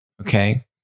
okay